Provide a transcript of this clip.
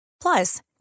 Plus